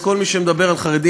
אז כל מי שמדבר על חרדים,